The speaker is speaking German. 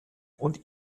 und